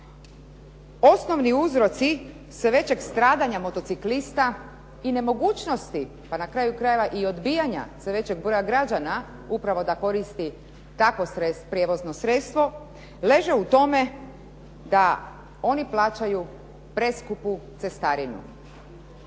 Osnovni uzroci sve većeg stradanja motociklista i nemogućnosti pa na kraju krajeva i odbijanja sve većeg broja građana upravo da koristi takvo prijevozno sredstvo leže u tome da oni plaćaju preskupu cestarinu.